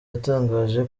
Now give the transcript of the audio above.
yatangaje